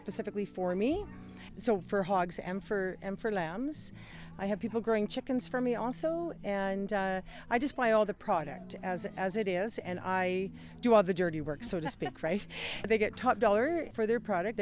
specifically for me so for hogs and for them for lambs i have people growing chickens for me also and i just buy all the product as it is and i i do all the dirty work so to speak right they get top dollar for their product